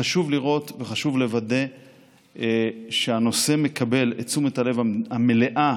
חשוב לראות וחשוב לוודא שהנושא מקבל את תשומת הלב המלאה